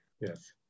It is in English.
Yes